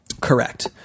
correct